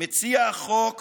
מציע החוק